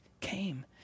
came